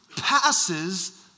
passes